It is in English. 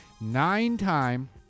Nine-time